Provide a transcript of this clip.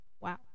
wow